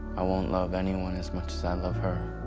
i won't love anyone as much as i love her.